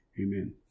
Amen